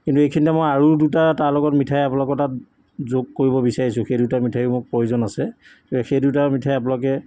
কিন্তু এইখিনিতে মই আৰু দুটা তাৰ লগত মিঠাই আপোনালোকৰ তাত যোগ কৰিব বিচাৰিছোঁ সেই দুটা মিঠায়ো মোক প্ৰয়োজন আছে সেই দুটা মিঠাই আপোনালোকে